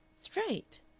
straight?